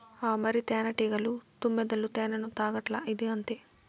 ఆ మరి, తేనెటీగలు, తుమ్మెదలు తేనెను తాగట్లా, ఇదీ అంతే